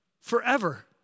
forever